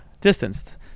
distanced